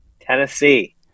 Tennessee